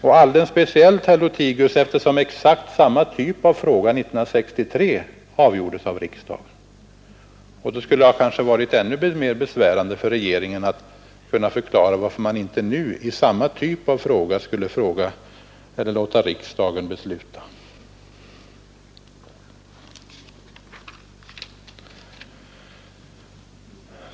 En alldeles speciell anledning att tro detta är att exakt samma typ av fråga 1963 avgjordes av riksdagen. Det skulle därför ha varit ännu mer besvärande för regeringen att förklara varför man inte nu i samma typ av fråga skulle låta riksdagen besluta.